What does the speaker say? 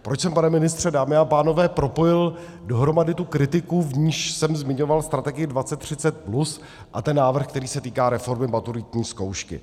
Proč jsem, pane ministře, dámy a pánové, propojil dohromady tu kritiku, v níž jsem zmiňoval Strategii 2030+ a ten návrh, který se týká reformy maturitní zkoušky?